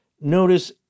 notice